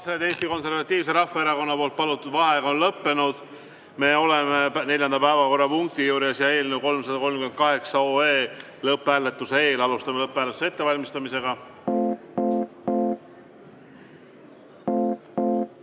Eesti Konservatiivse Rahvaerakonna palutud vaheaeg on lõppenud. Me oleme neljanda päevakorrapunkti juures ja otsuse eelnõu 338 lõpphääletuse eel. Alustame lõpphääletuse ettevalmistamist.